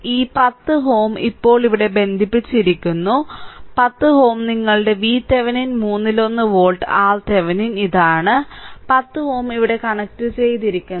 ഈ 10 Ω ഇപ്പോൾ ഇവിടെ ബന്ധിപ്പിച്ചിരിക്കുന്നു 10Ω നിങ്ങളുടെ VThevenin മൂന്നിലൊന്ന് വോൾട്ട് RThevenin ഇതാണ് 10Ω ഇവിടെ കണക്റ്റുചെയ്തിരിക്കുന്നു